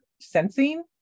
sensing